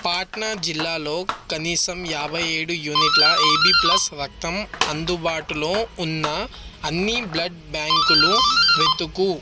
పాట్నా జిల్లాలో కనీసం యాభై ఏడు యూనిట్ల ఏబి ప్లేస్ రక్తం అందుబాటులో ఉన్న అన్ని బ్లడ్ బ్యాంకులు వెతుకు